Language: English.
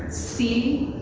see,